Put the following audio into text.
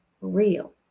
real